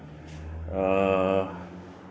uh